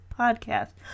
podcast